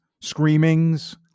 screamings